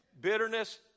Bitterness